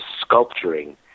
sculpturing